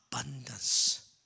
abundance